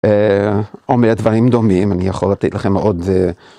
אומר דברים דומים, אני יכול לתת לכם עוד